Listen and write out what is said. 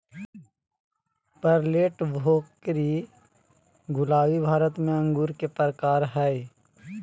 Perlette, Bhokri, Gulabi Bharat में अंगूर के प्रकार हय